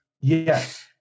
Yes